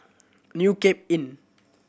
New Cape Inn